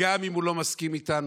גם אם הוא לא מסכים איתנו.